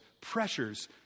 pressures